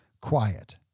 Quiet